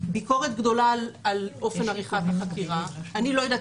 ביקורת גדולה על אופן עריכת החקירה אני לא יודעת